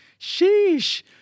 Sheesh